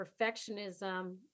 perfectionism